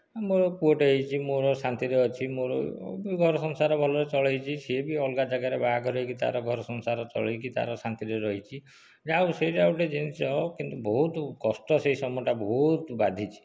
ମୋର ପୁଅଟେ ହୋଇଛି ମୋର ଶାନ୍ତିରେ ଅଛି ମୋର ଘର ସଂସାର ଭଲରେ ଚଳାଇଛି ସେ ବି ଅଲଗା ଜାଗାରେ ବାହାଘର ହେଇକି ତାର ଘର ସଂସାର ଚଲେଇକି ତାର ଶାନ୍ତିରେ ରହିଛି ଯା ହେଉ ସେଇଟା ଗୋଟେ ଜିନିଷ କିନ୍ତୁ ବହୁତ କଷ୍ଟ ସେ ସମୟଟା ବହୁତ ବାଧିଛି